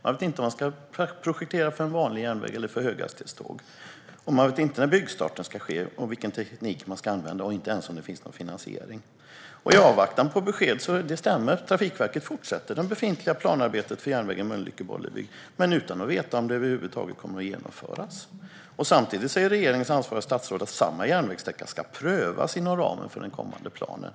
Man vet inte om man ska projektera för en vanlig järnväg eller för höghastighetståg. Man vet inte när byggstarten ska ske eller vilken teknik man ska använda. Man vet inte ens om det finns någon finansiering. I avvaktan på besked stämmer det att Trafikverket fortsätter det befintliga planarbetet för järnvägen Mölnlycke-Bollebygd men utan att veta om det över huvud taget kommer att genomföras. Samtidigt säger regeringens ansvariga statsråd att samma järnvägssträcka ska prövas inom ramen för den kommande planen.